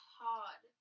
hard